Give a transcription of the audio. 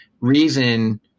reason